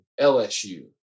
LSU